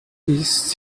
please